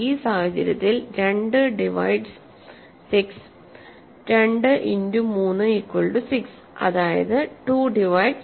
ഈ സാഹചര്യത്തിൽ 2 divides 6 2 into 3 equal to 6 അതായത് 2 ഡിവൈഡ്സ് 6